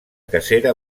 cacera